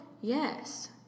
Yes